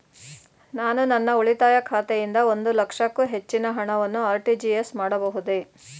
ನಾನು ನನ್ನ ಉಳಿತಾಯ ಖಾತೆಯಿಂದ ಒಂದು ಲಕ್ಷಕ್ಕೂ ಹೆಚ್ಚಿನ ಹಣವನ್ನು ಆರ್.ಟಿ.ಜಿ.ಎಸ್ ಮಾಡಬಹುದೇ?